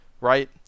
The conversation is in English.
right